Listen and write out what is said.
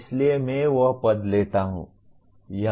इसलिए मैं वह पद लेता हूं